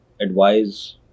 advise